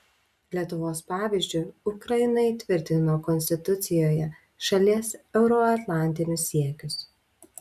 lietuvos pavyzdžiu ukraina įtvirtino konstitucijoje šalies euroatlantinius siekius